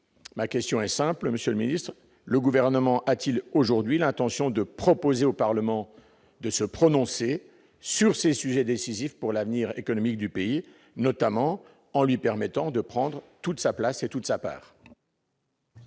Ma question est simple, monsieur le secrétaire d'État : le Gouvernement a-t-il aujourd'hui l'intention de proposer au Parlement de se prononcer sur ces sujets décisifs pour l'avenir économique du pays, notamment en lui permettant de prendre toute sa place et toute sa part ?